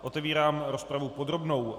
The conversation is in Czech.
Otevírám rozpravu podrobnou.